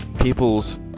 People's